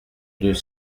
deux